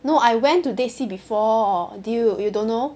no I went to dead sea before dude you don't know